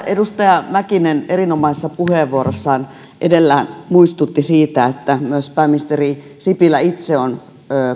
edustaja mäkinen erinomaisessa puheenvuorossaan edellä muistutti siitä että myös pääministeri sipilä itse on